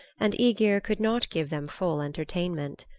and aegir could not give them full entertainment.